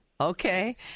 Okay